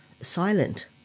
silent